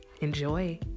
Enjoy